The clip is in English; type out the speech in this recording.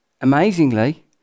amazingly